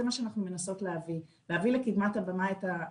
זה מה שאנחנו מנסות להביא להביא לקדמת הבמה את אותן הנשים,